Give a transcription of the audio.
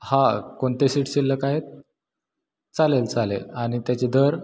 हा कोणते सीट शिल्लक आहेत चालेल चालेल आणि त्याचे दर